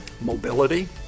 mobility